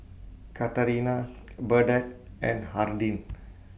Katarina Burdette and Hardin